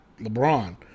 LeBron